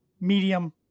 medium